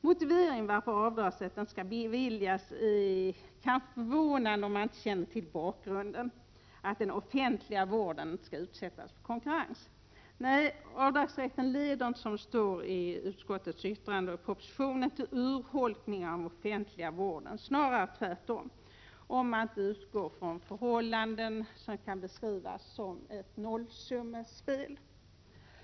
Motiveringen till att avdragsrätt inte skall beviljas är något förvånande om man inte känner till bakgrunden — att den offentliga vården inte skall utsättas för konkurrens. Nej, avdragsrätten leder inte som det står i propositionen och betänkandet till urholkning av den offentliga vården, snarare tvärtom, om man inte utgår från att förhållandena kan beskrivas som ett nollsummespel.